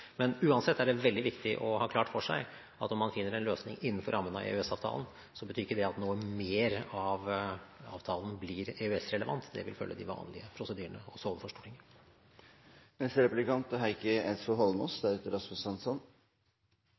Men uansett er det veldig viktig å ha klart for seg at om man finner en løsning innenfor rammen av EØS-avtalen, betyr ikke det at noe mer av avtalen blir EØS-relevant. Det vil følge de vanlige prosedyrene, også overfor Stortinget. Jeg er